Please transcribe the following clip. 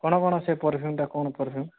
ଆପଣ କ'ଣ ସେ ପରଫ୍ୟୁମ୍ ଟା କଣା ପରଫ୍ୟୁମ୍